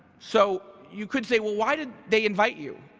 so you could say, well, why did they invite you?